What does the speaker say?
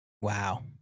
wow